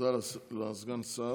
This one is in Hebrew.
תודה לסגן השר.